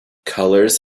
colours